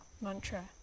mantra